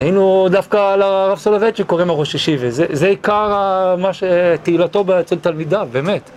היינו דווקא על הרב סולובייצ'יק קוראים לה ראש ישיבה, זה עיקר תהילתו אצל תלמידיו, באמת.